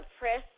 press